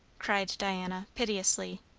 cried diana piteously.